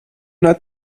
not